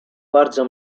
bardzo